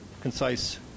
concise